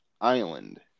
island